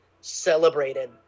celebrated